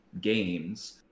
games